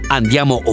andiamo